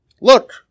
look